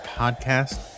podcast